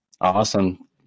Awesome